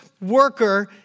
worker